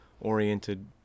oriented